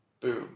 boom